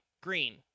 green